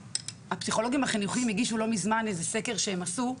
הפסיכולוגים החינוכיים הגישו לא מזמן סקר שהם עשו,